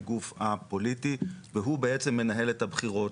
היא גוף אפוליטי והוא בעצם מנהל את הבחירות,